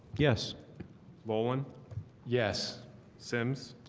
yes boland yes simms.